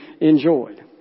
enjoyed